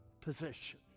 position